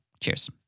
Cheers